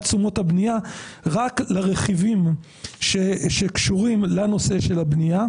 תשומות הבנייה רק לרכיבים שקשורים לנושא הבנייה.